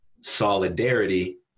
solidarity